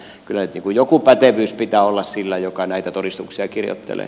kyllä nyt joku pätevyys pitää olla sillä joka näitä todistuksia kirjoittelee